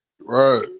Right